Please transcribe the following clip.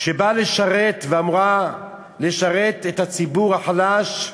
שבאה לשרת ואמורה לשרת את הציבור החלש,